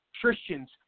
Christians